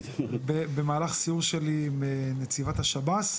בגדרות במהלך סיור שלי עם נציגת השב"ס,